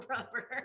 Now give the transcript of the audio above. Rubber